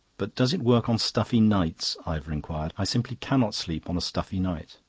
but does it work on stuffy nights? ivor inquired. i simply cannot sleep on a stuffy night.